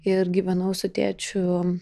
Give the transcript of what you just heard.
ir gyvenau su tėčiu